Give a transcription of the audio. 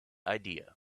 idea